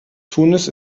tunis